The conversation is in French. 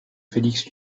félix